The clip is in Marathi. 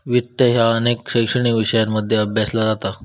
वित्त ह्या अनेक शैक्षणिक विषयांमध्ये अभ्यासला जाता